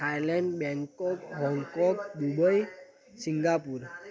Thailand Bangkok Hong Kong Dubai Singapore